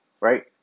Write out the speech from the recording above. right